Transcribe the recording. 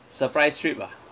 surprise trip ah